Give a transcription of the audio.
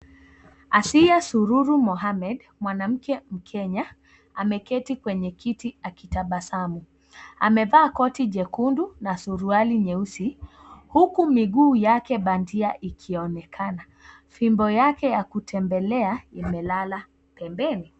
Asiya Sururu Mohammed; mwanamke mkenya, ameketi kwenye kiti akitabasamu. Amevaa koti jekundu na suruali nyeusi, huku miguu yake bandia ikionekana. Fimbo yake ya kutembelea imelala pembeni.